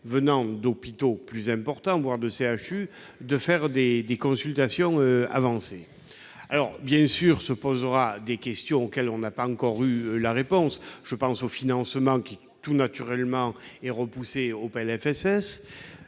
venant d'hôpitaux plus importants ou de CHU, pour leur permettre de faire des consultations avancées. Bien sûr se poseront des questions auxquelles nous n'avons pas encore eu la réponse. Je pense au financement, qui, tout naturellement, est repoussé au PLFSS,